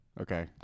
Okay